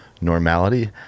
normality